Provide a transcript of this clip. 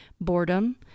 Boredom